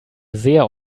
sehr